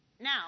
Now